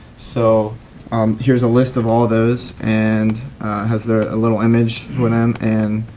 so here's a list of all those and has there a little image for them. and